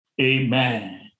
Amen